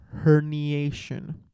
herniation